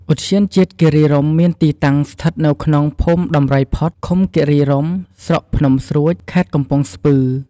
ឧទ្យានជាតិគិរីរម្យមានទីតាំងស្ថិតនៅក្នុង ភូមិដំរីផុត ឃំុគិរីរម្យ ស្រុកភ្នំស្រួច ខេត្តកំពង់ស្ពឺ។